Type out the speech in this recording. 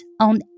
on